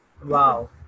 Wow